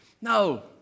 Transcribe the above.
No